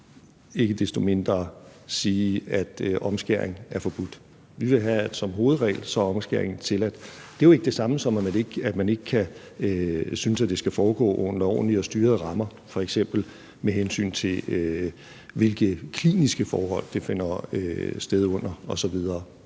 ikke desto mindre – sige, at omskæring er forbudt. Vi vil have som hovedregel, at omskæring er tilladt. Det er jo ikke det samme, som at man ikke synes, at det skal foregå under ordentlige og styrede rammer, f.eks. med hensyn til hvilke kliniske forhold det finder sted under osv.